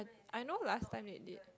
I know last time they did